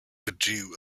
withdrew